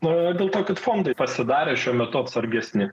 norėjo dėl to kad fondai pasidarė šiuo metu atsargesni